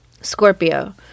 Scorpio